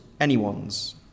anyone's